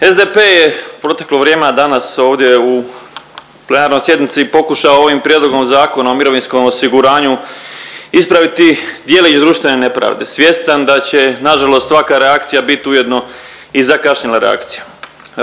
SDP je u proteklo vrijeme, a danas ovdje u plenarnoj sjednici pokušao ovim Prijedlogom Zakona o mirovinskom osiguranju ispraviti djelić društvene nepravde, svjestan da će nažalost svaka reakcija biti ujedno i zakašnjela reakcija.